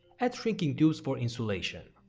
add shrinking tubes for insulation.